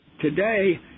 today